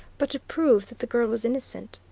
but to prove that the girl was innocent.